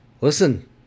Listen